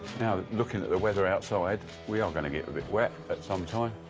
now, looking at the weather outside, we are going to get a bit wet at some time.